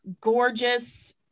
Gorgeous